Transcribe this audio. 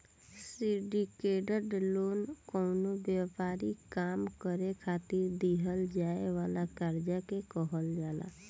syndicated loan कवनो व्यापारिक काम करे खातिर दीहल जाए वाला कर्जा के कहल जाला